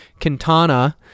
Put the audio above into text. Quintana